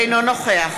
אינו נוכח